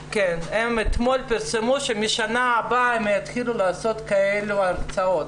פרסמה שהם יתחילו לעשות כאלה הרצאות.